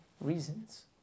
reasons